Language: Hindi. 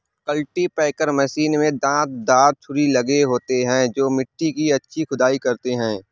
कल्टीपैकर मशीन में दांत दार छुरी लगे होते हैं जो मिट्टी की अच्छी खुदाई करते हैं